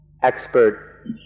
expert